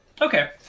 Okay